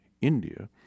India